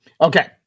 Okay